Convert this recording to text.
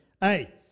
hey